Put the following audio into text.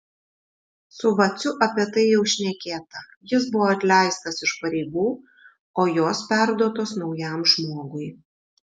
su vaciu apie tai jau šnekėta jis bus atleistas iš pareigų o jos perduotos naujam žmogui